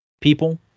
people